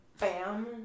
Bam